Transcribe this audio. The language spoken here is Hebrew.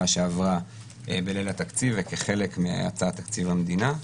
שעברה בליל התקציב וכחלק מהצעת תקציב המדינה.